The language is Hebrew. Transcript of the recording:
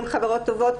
הן חברות טובות,